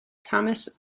thomas